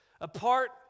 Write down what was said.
Apart